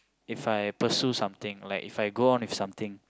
If I pursue something like If I go on with something